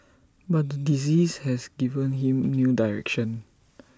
but the disease has given him new direction